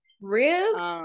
Ribs